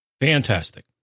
Fantastic